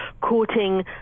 courting